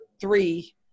three